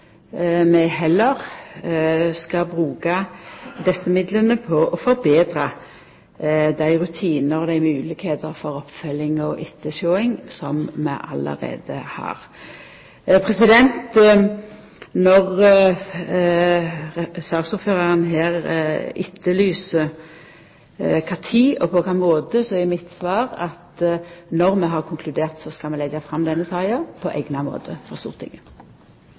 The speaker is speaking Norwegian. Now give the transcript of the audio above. vi heller skal bruka desse midlane på å forbetra dei rutinane og moglegheitene for oppfølging og ettersyn som vi allereie har. Når saksordføraren her etterlyser kva tid og på kva måte, er mitt svar at når vi har konkludert, skal vi leggja fram denne saka på eigna måte for Stortinget.